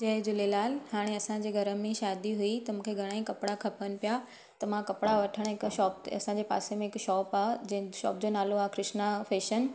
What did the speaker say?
जय झूलेलाल हाणे असांजे घर में शादी हुई त मूंखे घणा ई कपिड़ा खपनि पिया त मां कपिड़ा वठणु हिकु शॉप ते असांजे पासे में हिकु शॉप आहे जंहिं शॉप जो नालो आ कृष्ना फेशन